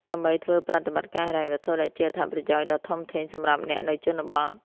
ដើម្បីធ្វើប្រតិបត្តិការហិរញ្ញវត្ថុ ដែលជាអត្ថប្រយោជន៍ដ៏ធំធេងសម្រាប់អ្នកនៅជនបទ។